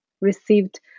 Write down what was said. received